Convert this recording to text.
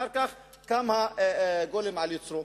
אחר כך קם הגולם על יוצרו.